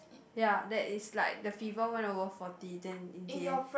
ya there is like the fever went over forty then in the end